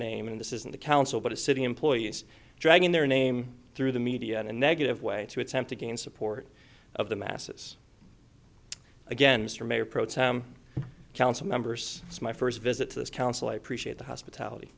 name in this isn't a council but a city employees dragging their name through the media in a negative way to attempt to gain support of the masses again mr mayor pro tem council members it's my first visit to this council i appreciate the hospitality